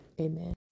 amen